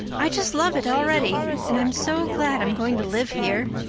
i just love it already, and i'm so glad i'm going to live here.